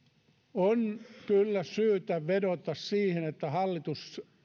on kyllä syytä vedota siihen että hallitus